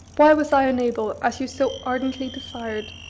why was i unable, as you so ardently desired,